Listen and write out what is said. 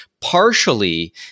partially